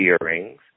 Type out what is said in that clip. earrings